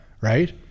Right